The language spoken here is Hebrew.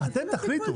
אתם תחליטו.